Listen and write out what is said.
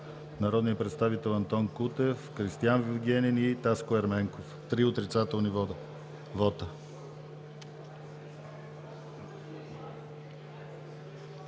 народните представители Антон Кутев, Кристиан Вигенин и Таско Ерменков. Три отрицателни вота.